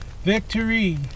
Victory